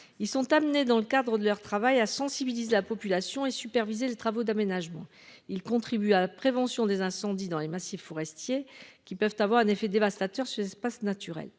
Ils sont amenés dans le cadre de leur travail à sensibilise la population et supervisé les travaux d'aménagement. Il contribue à prévention des incendies dans les massifs forestiers qui peuvent avoir un effet dévastateur sur les espaces naturels